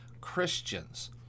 Christians